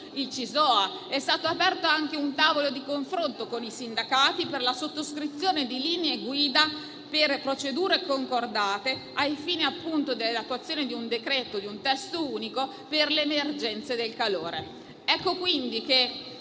(CISOA), è stato aperto anche un tavolo di confronto con i sindacati, per la sottoscrizione di linee guida per procedure concordate, ai fini dell'attuazione di un decreto, di un testo unico, per le emergenze del calore. Signor